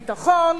ביטחון,